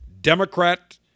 Democrat